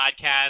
podcast